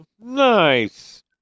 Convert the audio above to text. Nice